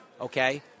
okay